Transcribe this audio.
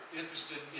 interested